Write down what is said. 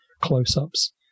close-ups